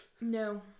No